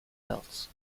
else